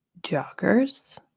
joggers